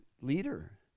leader